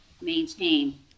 maintain